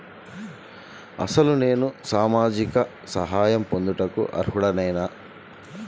అసలు నేను సామాజిక సహాయం పొందుటకు అర్హుడనేన?